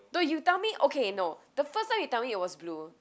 no you tell me okay no the first time you tell me it was blue